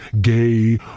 gay